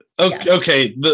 Okay